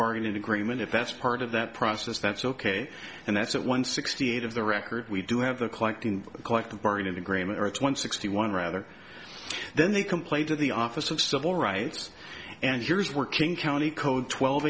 bargaining agreement if that's part of that process that's ok and that's one sixty eight of the record we do have the collecting of collective bargaining agreement or it's one sixty one rather then they complain to the office of civil rights and here's where king county code twelve